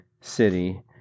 city